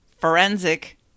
forensic